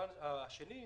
הפן השני,